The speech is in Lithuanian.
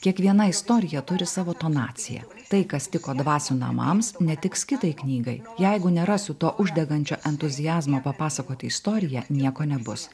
kiekviena istorija turi savo tonacija tai kas tiko dvasių namams netiks kitai knygai jeigu nerasiu to uždegančio entuziazmo papasakoti istoriją nieko nebus